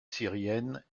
syrienne